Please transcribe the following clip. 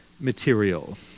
material